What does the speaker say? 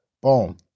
boom